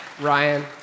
Ryan